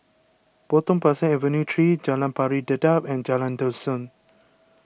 Potong Pasir Avenue three Jalan Pari Dedap and Jalan Dusun